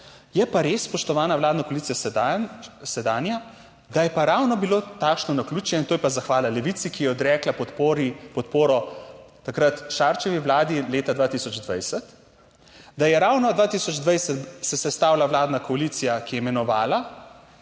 Je pa res, spoštovana vladna koalicija sedanja, sedanja ga je pa ravno bilo takšno naključje in to je pa zahvala Levici, ki je odrekla podporo takrat Šarčevi vladi, leta 2020, da je ravno 2020 se sestavila vladna koalicija, ki je imenovala